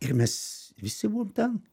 ir mes visi buvom ten